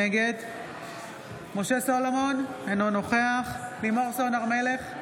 נגד משה סולומון, אינו נוכח לימור סון הר מלך,